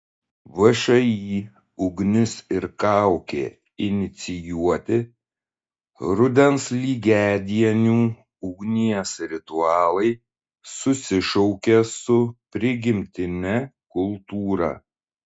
všį ugnis ir kaukė inicijuoti rudens lygiadienių ugnies ritualai susišaukia su prigimtine kultūra